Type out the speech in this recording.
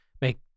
make